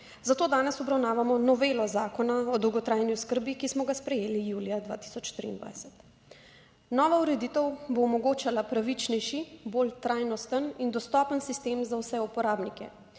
Zato danes obravnavamo novelo Zakona o dolgotrajni oskrbi, ki smo ga sprejeli julija 2023. Nova ureditev bo omogočala pravičnejši, bolj trajnosten in dostopen sistem za vse uporabnike.